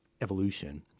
evolution